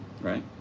right